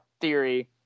theory –